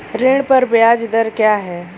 ऋण पर ब्याज दर क्या है?